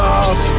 off